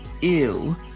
ew